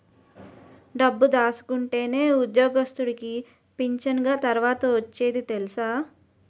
డబ్బు దాసుకుంటేనే ఉద్యోగస్తుడికి పింఛనిగ తర్వాత ఒచ్చేది తెలుసా